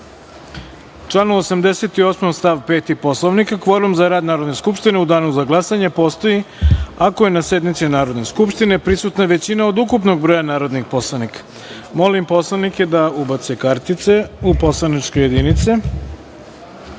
članu 88. stav 5. Poslovnika, kvorum za rad Narodne skupštine u danu za glasanje postoji ako je na sednici Narodne skupštine prisutna većina od ukupnog broja narodnih poslanika. Molim poslanike da ubace kartice u poslaničke